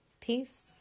peace